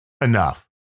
enough